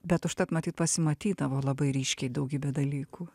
bet užtat matyt pasimatydavo labai ryškiai daugybė dalykų